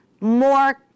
more